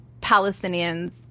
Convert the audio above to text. Palestinians